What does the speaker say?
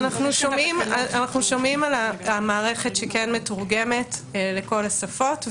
אנחנו שומעים על המערכת שכן מתורגמת לכל השפות,